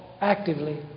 actively